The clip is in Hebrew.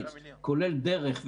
כולל דרך,